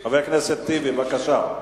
חבר הכנסת טיבי, בבקשה.